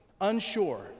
unsure